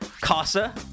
Casa